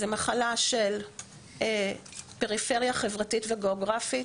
זה מחלה של פריפריה חברתית וגיאוגרפית.